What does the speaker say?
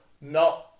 no